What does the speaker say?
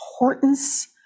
importance